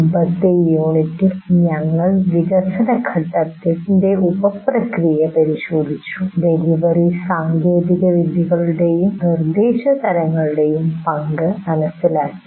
മുമ്പത്തെ യൂണിറ്റിൽ ഞങ്ങൾ വികസന ഘട്ടത്തിന്റെ ഉപപ്രക്രിയ പരിശോധിച്ചു ഡെലിവറി സാങ്കേതികവിദ്യകളുടെയും നിർദ്ദേശ തരങ്ങളുടെയും പങ്ക് മനസ്സിലാക്കി